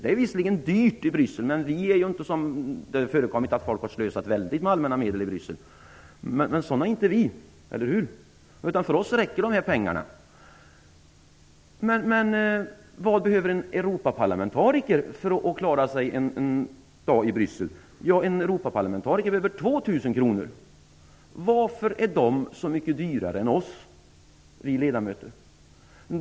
Det är visserligen dyrt i Bryssel, och det har förekommit att folk har slösat väldigt med allmänna medel där. Men sådana är ju inte vi, eller hur? För oss räcker dessa pengar. Men vad behöver en Europaparlamentariker för att klara en dag i Bryssel? Jo, 2 000 kr. Varför är de så mycket dyrare i drift än vi ledamöter?